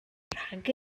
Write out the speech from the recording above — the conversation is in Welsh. rhag